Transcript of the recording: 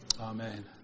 Amen